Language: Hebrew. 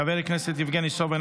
חבר הכנסת יבגני סובה,